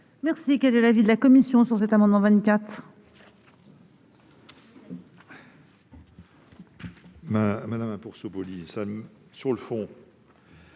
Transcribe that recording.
dire ! Quel est l'avis de la commission sur les amendements n